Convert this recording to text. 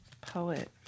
poet